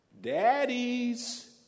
Daddies